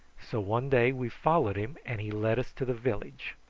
so one day we followed him and he led us to the village.